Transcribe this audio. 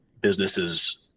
businesses